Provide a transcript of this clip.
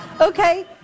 Okay